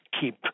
keep